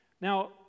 Now